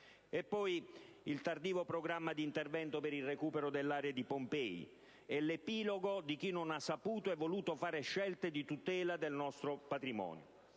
poi al tardivo programma di intervento per il recupero dell'area di Pompei, è l'epilogo di chi non ha saputo e voluto fare scelte di tutela del nostro patrimonio.